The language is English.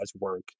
work